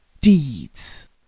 deeds